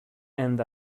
end